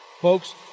Folks